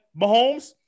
Mahomes